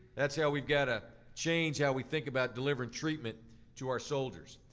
that's how we've got to change how we think about delivering treatment to our soldiers.